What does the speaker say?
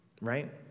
right